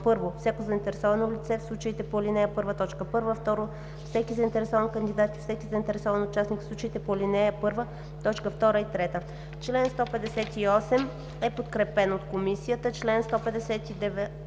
от: 1. всяко заинтересовано лице – в случаите по ал. 1, т. 1; 2. всеки заинтересован кандидат и всеки заинтересован участник – в случаите по ал. 1, т. 2 и 3.“ Член 158 е подкрепен от Комисията. Член 159